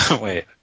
Wait